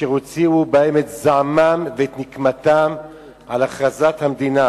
אשר הוציאו בהם את זעמם ונקמתם על הכרזת המדינה